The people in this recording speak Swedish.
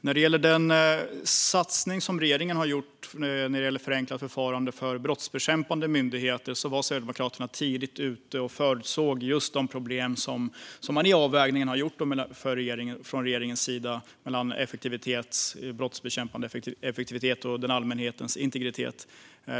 När det gäller den satsning som regeringen har gjort på ett förenklat förfarande för brottsbekämpande myndigheter var Sverigedemokraterna tidigt ute och förutsåg de problem som man har uppmärksammat från regeringens sida i avvägningen mellan effektivitet i brottsbekämpningen och allmänhetens integritet.